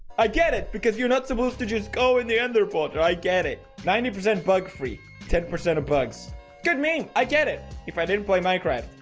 i get it because you're not supposed to just go in the end reporter i get it ninety percent bug free ten percent of bugs good mean i get it if i didn't play my crime